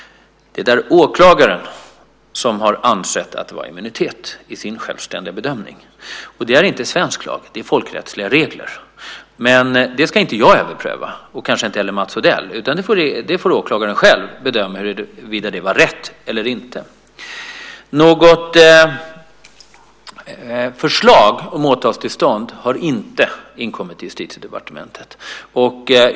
Det är åklagaren som i sin självständiga bedömning har ansett att det var immunitet. Det är inte svensk lag; det är folkrättsliga regler. Detta ska inte jag överpröva, och kanske inte heller Mats Odell, utan åklagaren får själv bedöma huruvida det var rätt eller inte. Något förslag om åtalstillstånd har inte inkommit till Justitiedepartementet.